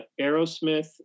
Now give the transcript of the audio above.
Aerosmith